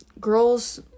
girls